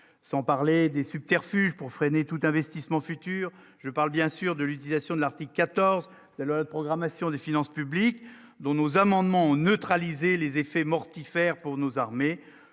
sans parler des subterfuges pour freiner tout investissement futur, je parle bien sûr de l'utilisation de l'article 14 de la loi de programmation des finances publiques dont nos amendements neutralisé les effets mortifères pour nos armées,